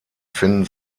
finden